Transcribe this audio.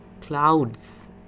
clouds